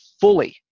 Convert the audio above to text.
fully